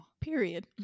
Period